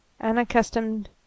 unaccustomed